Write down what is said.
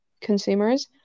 consumers